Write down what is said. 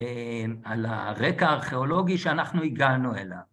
על הרקע הארכיאולוגי שאנחנו הגענו אליו.